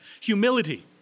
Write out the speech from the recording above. humility